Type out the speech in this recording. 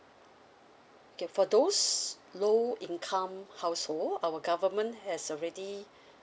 okay for those low income household our government has already